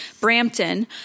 brampton